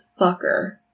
fucker